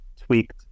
tweaked